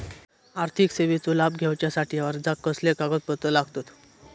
आर्थिक सेवेचो लाभ घेवच्यासाठी अर्जाक कसले कागदपत्र लागतत?